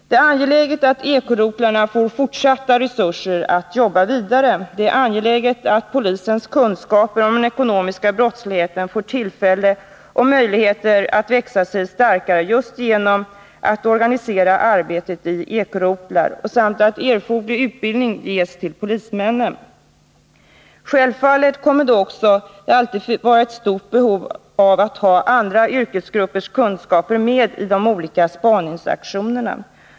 Det är angeläget att eko-rotlarna får fortsatta resurser att jobba vidare. Det är också angeläget att polisens kunskap om den ekonomiska brottsligheten får växa sig starkare just genom att man organiserar arbetet i eko-rotlar samt genom att erforderlig utbildning ges till polismännen. Självfallet kommer det också alltid att vara stort behov av att ha andra yrkesgruppers kunskaper med i de olika spaningsaktionerna.